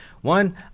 One